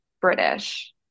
British